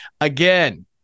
Again